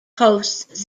hosts